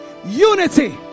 unity